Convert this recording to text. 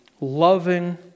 loving